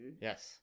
yes